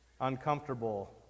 uncomfortable